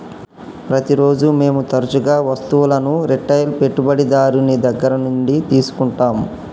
ప్రతిరోజు మేము తరచుగా వస్తువులను రిటైల్ పెట్టుబడిదారుని దగ్గర నుండి తీసుకుంటాం